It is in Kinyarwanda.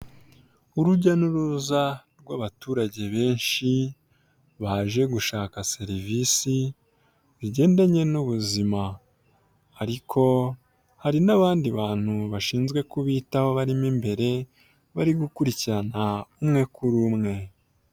Urujya n'uruza rw'abaturage benshi baje gushaka serivisi zigendanye n'ubuzima, ariko hari n'abandi bantu bashinzwe kubitaho barimo imbere, bari gukurikirana umwe kuri umwe.